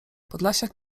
podlasiak